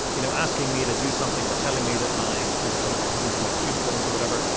you know, asking me to do something or telling me that my there's some problem with my student loans or whatever.